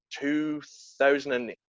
2008